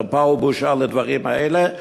חרפה ובושה הדברים האלה,